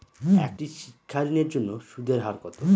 একটি শিক্ষা ঋণের জন্য সুদের হার কত?